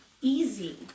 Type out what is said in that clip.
easy